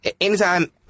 anytime